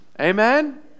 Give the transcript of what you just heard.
Amen